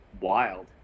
wild